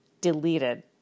deleted